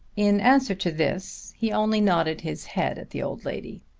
in answer to this he only nodded his head at the old lady.